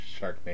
Sharknado